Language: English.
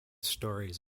stories